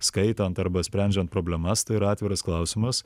skaitant arba sprendžiant problemas tai yra atviras klausimas